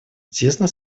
тесно